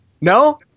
No